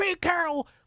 Carol